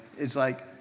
it's like,